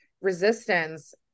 resistance